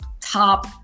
top